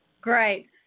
Great